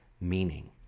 meaning